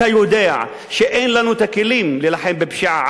אתה יודע שאין לנו הכלים להילחם בפשיעה,